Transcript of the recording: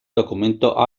documento